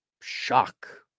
shock